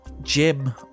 jim